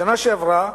בשנה שעברה,